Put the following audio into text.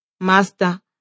Master